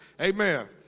Amen